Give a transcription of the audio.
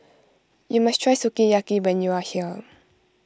you must try Sukiyaki when you are here